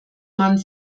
man